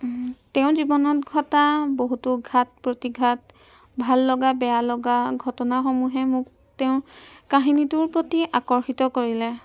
তেওঁ জীৱনত ঘটা বহুতো ঘাট প্ৰতিঘাত ভাল লগা বেয়া লগা ঘটনাসমূহে মোক তেওঁৰ কাহিনীটোৰ প্ৰতি আকৰ্ষিত কৰিলে